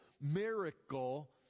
miracle